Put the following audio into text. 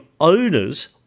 owners